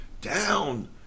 down